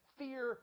fear